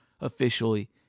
officially